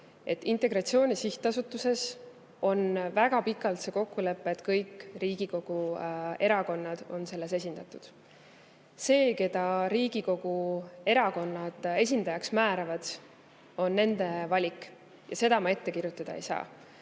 Integratsiooni Sihtasutuses on väga pikalt olnud kokkulepe, et kõik Riigikogu erakonnad on selles esindatud. See, keda Riigikogu erakonnad oma esindajaks määravad, on nende valik ja seda ma ette kirjutada ei saa.